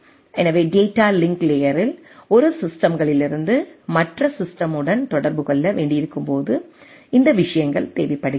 எனவே data link லேயரில் ஒரு சிஸ்டம்களிலிருந்து மற்ற சிஸ்டம்யுடன் தொடர்பு கொள்ள வேண்டியிருக்கும் போது இந்த விஷயங்கள் தேவைப்படுகின்றன